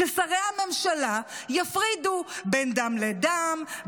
ששרי הממשלה יפרידו בין דם לדם,